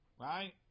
right